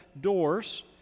doors